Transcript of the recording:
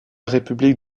république